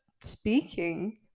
speaking